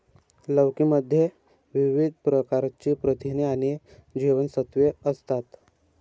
लौकी मध्ये विविध प्रकारची प्रथिने आणि जीवनसत्त्वे असतात